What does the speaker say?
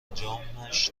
انجامش